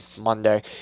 Monday